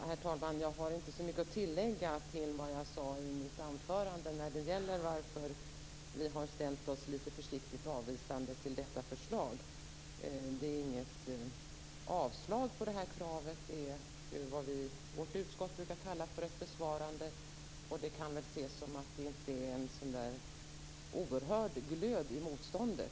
Herr talman! Jag har inte så mycket att tillägga till vad jag sade i mitt anförande om varför vi har ställt oss litet försiktigt avvisande till förslaget. Det är inget avslag på kravet. Detta är vad vårt utskott brukar kalla ett besvarande. Det kan ses som att det inte är någon oerhörd glöd i motståndet.